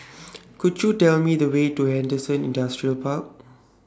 Could YOU Tell Me The Way to Henderson Industrial Park